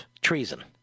treason